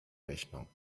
rechnung